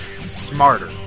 Smarter